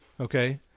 okay